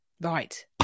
right